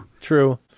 True